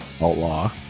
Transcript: Outlaw